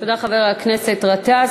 תודה, חבר הכנסת גטאס.